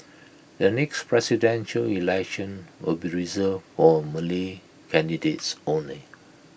the next Presidential Election will be reserved for Malay candidates only